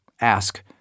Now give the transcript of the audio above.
ask